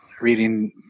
reading